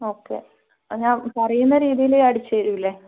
okay ഞാന് പറയുന്ന രീതിയിൽ അടിച്ചുതരില്ലേ